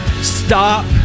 stop